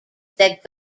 that